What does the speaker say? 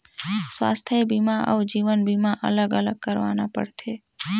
स्वास्थ बीमा अउ जीवन बीमा अलग अलग करवाना पड़थे?